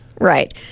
Right